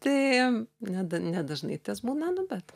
tai ne ne dažnai būna nu bet